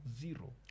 zero